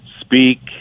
speak